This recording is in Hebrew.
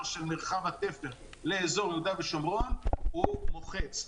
של מרחב התפר לאזור יהודה ושומרון הוא מוחץ,